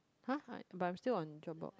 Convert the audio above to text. !huh! but I'm still on Dropbox